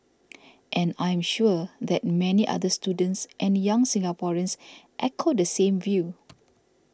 and I am sure that many other students and young Singaporeans echo the same view